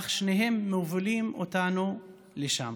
אך שניהם מובילים אותנו לשם.